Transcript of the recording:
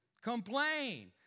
Complain